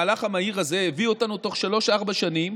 המהלך המהיר הזה הביא אותנו תוך שלוש-ארבע שנים